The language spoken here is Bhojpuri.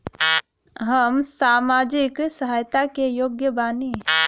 हम सामाजिक सहायता के योग्य बानी?